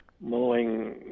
mowing